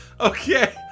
Okay